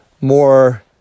more